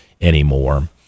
anymore